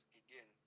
again